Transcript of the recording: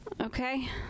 Okay